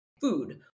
Food